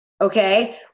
Okay